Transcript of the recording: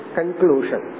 Conclusion